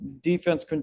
defense